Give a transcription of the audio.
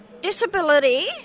disability